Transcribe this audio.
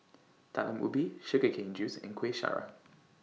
Talam Ubi Sugar Cane Juice and Kuih Syara